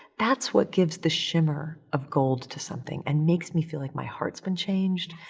that's what gives the shimmer of gold to something and makes me feel like my heart's been changed,